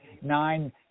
nine